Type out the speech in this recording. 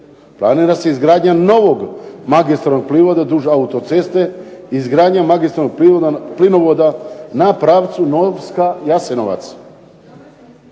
Planira se izgradnja novog magistralnog plinovoda duž autoceste, izgradnja magistralnog plinovoda na pravcu Novska – Jasenovac.